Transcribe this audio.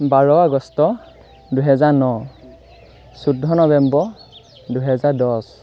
বাৰ August দুহেজাৰ ন চৈধ্য নৱেম্বৰ দুহেজাৰ দহ